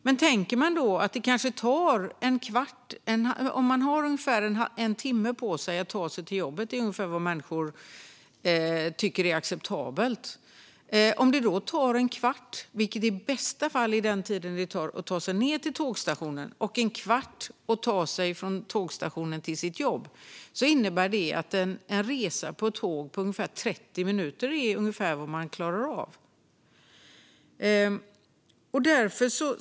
Man kan ta som exempel den som tar en timme på sig att åka till jobbet - det är ungefär vad människor tycker är acceptabelt. En kvart är i bästa fall den tid det tar att ta sig till tågstationen och att ta sig därifrån till jobbet. Det innebär att en tågresa på ungefär 30 minuter är vad man klarar av.